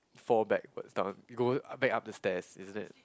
fall backwards down go back up the stairs isn't it